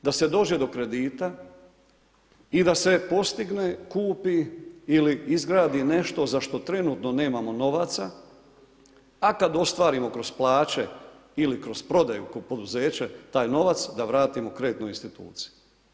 Da se dođe do kredita i da se postigne, kupi ili izgradi nešto za što trenutno nemamo novaca, a kada ostvarimo kroz plaće ili kroz prodaju kao poduzeće taj novac da vratimo kreditnoj instituciji.